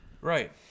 Right